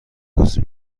دزدی